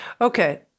Okay